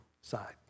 side